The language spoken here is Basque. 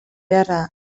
beharra